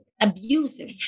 abusive